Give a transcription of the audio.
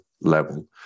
level